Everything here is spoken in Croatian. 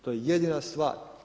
To je jedina stvar.